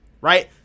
right